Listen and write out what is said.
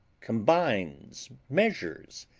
combines, measures,